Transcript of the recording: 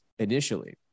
initially